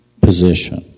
position